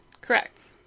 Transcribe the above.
Correct